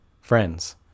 friends